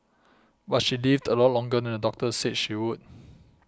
but she lived a lot longer than the doctor said she would